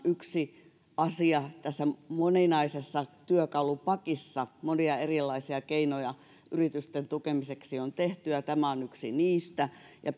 yksi asia tässä moninaisessa työkalupakissa monia erilaisia keinoja yritysten tukemiseksi on tehty ja tämä on yksi niistä ja